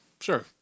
Sure